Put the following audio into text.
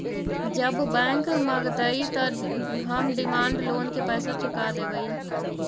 जब बैंक मगतई त हम डिमांड लोन के पैसा चुका देवई